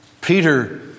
Peter